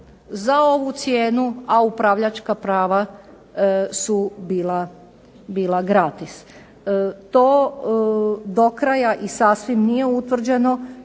za ovu cijenu, a upravljačka prava su bila gratis. To do kraja i sasvim nije utvrđeno,